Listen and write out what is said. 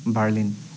Berlin